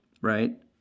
Right